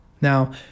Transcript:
Now